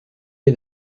est